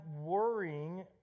worrying